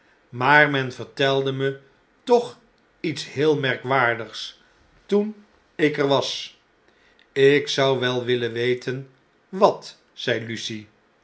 maar men vertelde me toch iets heel merkwaardigs toen ik er was ik zou wel willen weten wat zei